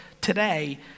today